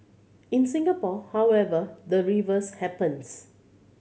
in Singapore however the reverse happens